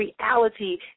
reality